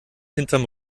hinterm